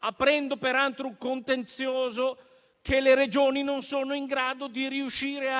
aprendo peraltro un contenzioso che le Regioni non sono in grado di